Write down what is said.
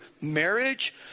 marriage